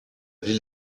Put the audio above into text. ville